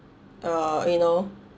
uh you know